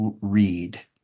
read